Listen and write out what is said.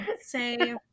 say